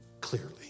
clearly